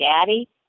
daddy